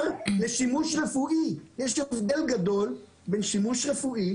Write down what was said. יש הבדל גדול בין שימוש רפואי